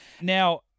Now